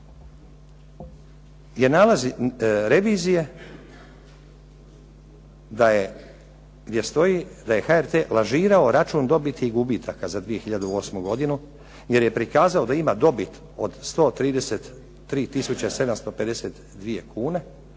je nalaz revizije gdje stoji da je HRT lažirao račun dobiti i gubitaka za 2008. jer je prikazao da ima dobit od 133 tisuće